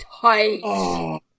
tight